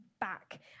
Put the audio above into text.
back